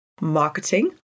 marketing